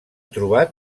trobat